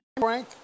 Frank